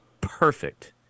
perfect